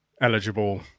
eligible